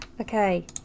Okay